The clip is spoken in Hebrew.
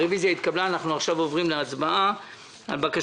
הצבעה בעד,